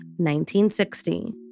1960